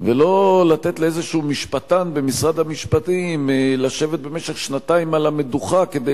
לא לתת לאיזה משפטן במשרד המשפטים לשבת במשך שנתיים על המדוכה כדי